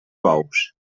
bous